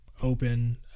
open